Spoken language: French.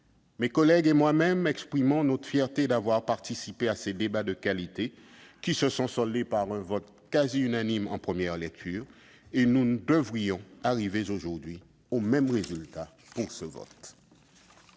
Mes collègues et moi-même exprimons notre fierté d'avoir participé à ces débats de qualité, qui se sont conclus par un vote quasiment unanime en première lecture ; nous devrions parvenir aujourd'hui au même résultat. La parole